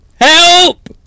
Help